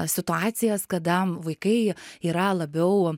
situacijas kada vaikai yra labiau